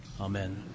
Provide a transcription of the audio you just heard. Amen